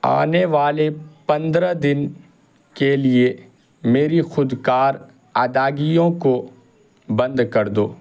آنے والے پندرہ دن کے لیے میری خودکار اداگیوں کو بند کر دو